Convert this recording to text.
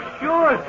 sure